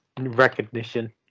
recognition